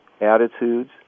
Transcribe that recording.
attitudes